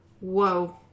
Whoa